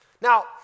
Now